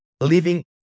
living